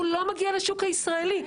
הוא לא מגיע לשוק הישראלי.